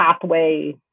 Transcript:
pathway